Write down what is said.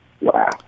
Wow